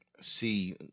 see